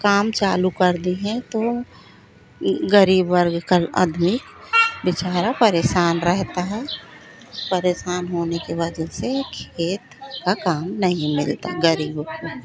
काम चालू कर दी हैं तो ग़रीब वर्ग का अदमी बेचारा परेशान रहता है परेशान होने के वजह से खेत का काम नहीं मिलता ग़रीबों को